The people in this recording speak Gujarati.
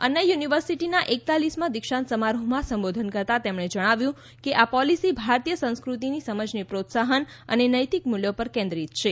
અન્ના યુનિવર્સિટીનાં એકતાલીસમાં દિક્ષાંત સમારોહમાં સંબોધન કરતાં તેમણે જણાવ્યું કે આ પોલિસી ભારતીય સાંસ્કૃતિની સમજને પ્રોત્સાહન અને નૈતિક મૂલ્યો પર કેન્દ્રીત છે